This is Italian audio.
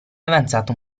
avanzata